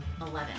Eleven